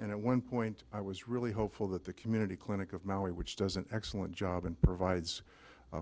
and at one point i was really hopeful that the community clinic of maui which does an excellent job and provides